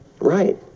Right